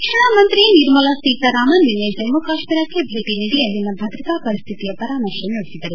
ರಕ್ಷಣಾ ಮಂತ್ರಿ ನಿರ್ಮಲಾ ಸೀತಾರಾಮನ್ ನಿನ್ನೆ ಜಮ್ಮ ಕಾಶ್ಮೀರಕ್ಕೆ ಭೇಟಿ ನೀಡಿ ಅಲ್ಲಿನ ಭದ್ರತಾ ಪರಿಸ್ಥಿತಿ ಪರಾಮರ್ಶೆ ನಡೆಸಿದರು